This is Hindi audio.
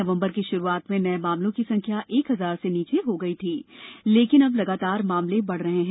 नवम्बर की शुरुआत में नये मामलों की संख्या एक हजार से नीचे हो गई थी लेकिन अब लगातार मामले बढ़ रहे हैं